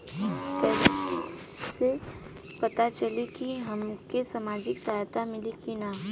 कइसे से पता चली की हमके सामाजिक सहायता मिली की ना?